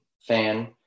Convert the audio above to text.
fan